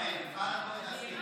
נא להצביע, בעד או נגד?